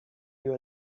you